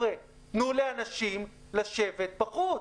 תנו לאנשים לשבת בחוץ.